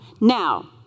Now